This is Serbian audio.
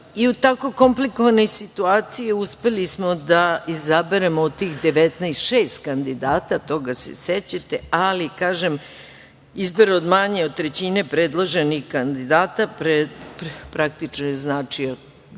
u tako komplikovanoj situaciji uspeli smo da izaberemo od tih 19, šest kandidata, toga se sećate, ali kažem, izbor je manji od trećine predloženih kandidata, praktično je značio